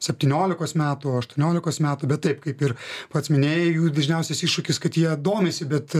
septyniolikos metų sštuoniolikos metų bet taip kaip ir pats minėjai jų dažniausias iššūkis kad jie domisi bet